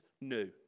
new